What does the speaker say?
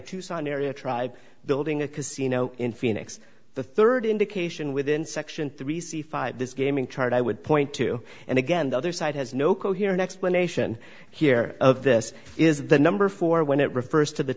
tucson area tribe building a casino in phoenix the third indication within section three c five this gaming chart i would point to and again the other side has no coherent explanation here of this is the number four when it refers to the